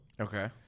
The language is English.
Okay